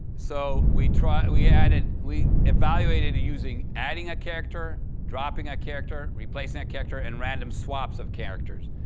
so we tried we added we evaluated using adding a character, dropping a character, replacing a character, and random swaps of characters.